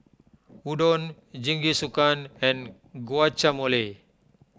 Udon Jingisukan and Guacamole